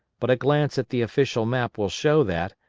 but a glance at the official map will show that,